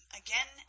again